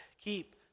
keep